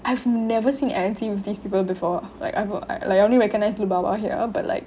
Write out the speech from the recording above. I've never seen anncy with these people before like like I only recognize lubaba here but like